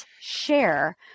share